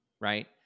Right